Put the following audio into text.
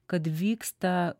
kad vyksta